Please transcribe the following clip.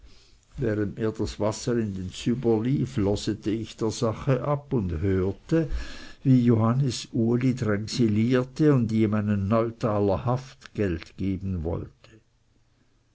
während mir das wasser in den züber lief loste ich der sache ab und hörte wie johannes uli drängesilierte und ihm einen neutaler haftgeld geben wollte